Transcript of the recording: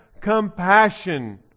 compassion